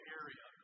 area